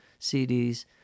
CDs